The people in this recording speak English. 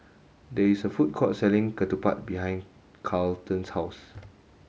there is a food court selling Ketupat behind Carleton's house